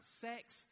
sex